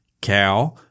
cow